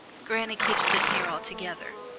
granny keeps them here all together.